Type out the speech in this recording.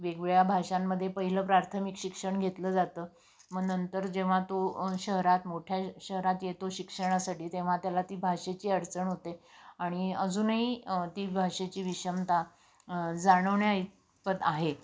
वेगवेगळ्या भाषांमध्ये पहिलं प्राथमिक शिक्षण घेतलं जातं मग नंतर जेव्हा तो शहरात मोठ्या शहरात येतो शिक्षणासाठी तेव्हा त्याला ती भाषेची अडचण होते आणि अजूनही ती भाषेची विषमता जाणवण्याइतपत आहे